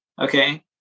Okay